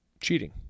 cheating